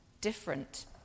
Different